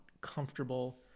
comfortable